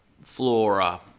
flora